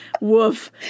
Woof